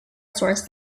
source